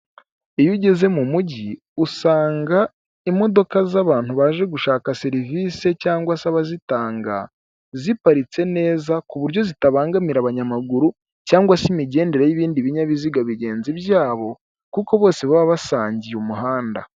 Iyo ugeze mu mugi usanga imodoka z'abantu baje gushaka serivise cyangwa abazitanga ziparitse neza ku buryo zitabangamira abanyamaguru cyangwa se imigendere y'ibindi binyabiziga bigenzi byabo kuko bose baba basangiye umuhanda.